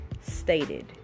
stated